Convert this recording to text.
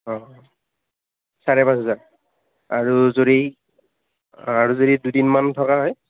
অ চাৰে পাঁচ হাজাৰ আৰু যদি আৰু যদি দুদিনমান থকা হয়